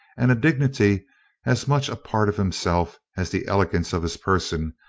and a dignity as much a part of himself as the elegance of his person,